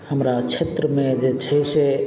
हमरा क्षेत्रमे जे छै से